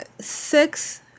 six